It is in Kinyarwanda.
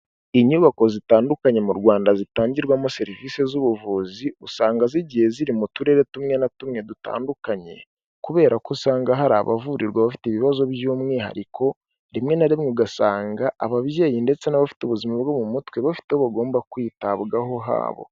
Inyubako zitandukanye mu Rwanda zitangirwamo serivise z'ubuvuzi, usanga zigiye ziri mu turere tumwe na tumwe dutandukanye kubera ko usanga hari abavurirwa bafite ibibazo by'umwihariko, rimwe na rimwe ugasanga ababyeyi ndetse n'abafite ubuzima bwo mu mutwe bafite aho bagomba kwitabwaho habo.